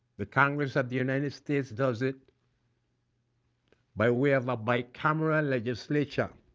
the congress of the united states does it by way of a bicameral legislation